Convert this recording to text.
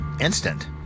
instant